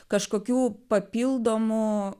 kažkokių papildomų